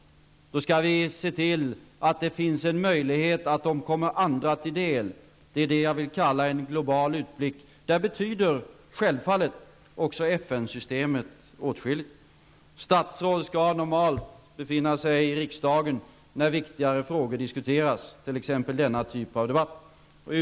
Vi skall se till att det finns en möjlighet att de kommer andra till del. Det är detta jag vill kalla en global utblick. I det sammanhanget betyder självfallet också FN-systemet åtskilligt. Statsråd skall normalt befinna sig i riksdagen när viktigare frågor diskuteras, t.ex. vid debatter av detta slag.